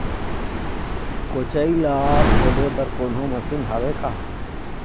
कोचई ला खोदे बर कोन्हो मशीन हावे का?